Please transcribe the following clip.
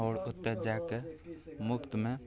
आओर ओतए जैके मुफ्तमे